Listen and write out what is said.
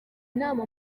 inama